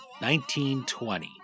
1920